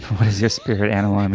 what is your spirit animal? um